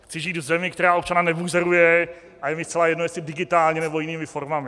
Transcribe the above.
Chci žít v zemi, která občana nebuzeruje, a je mi zcela jedno, jestli digitálně, nebo jinými formami.